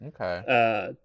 Okay